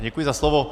Děkuji za slovo.